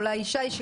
ישי,